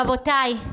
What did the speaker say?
רבותיי,